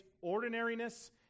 ordinariness